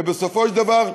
ובסופו של דבר,